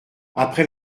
après